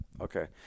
okay